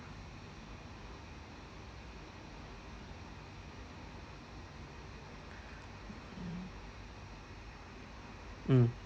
mm